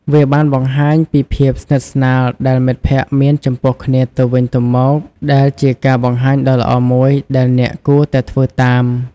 វាបានបង្ហាញពីភាពស្និទ្ធស្នាលដែលមិត្តភក្តិមានចំពោះគ្នាទៅវិញទៅមក ដែលជាការបង្ហាញដ៏ល្អមួយដែលអ្នកគួរតែធ្វើតាម។